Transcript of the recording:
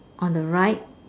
on the right